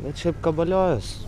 bet šiaip kabaliojas